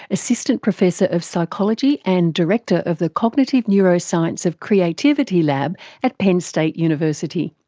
assistant professor of psychology and director of the cognitive neuroscience of creativity lab at penn state university.